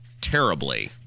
terribly